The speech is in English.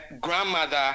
grandmother